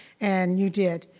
and you did,